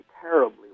terribly